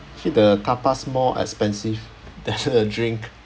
actually the tapas more expensive than a drink